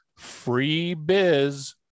freebiz